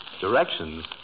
Directions